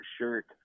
shirt